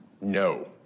No